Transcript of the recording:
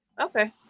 okay